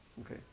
Okay